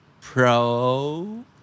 pro